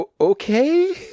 Okay